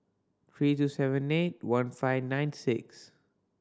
three two seven eight one five nine six